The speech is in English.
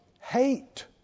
hate